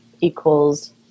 equals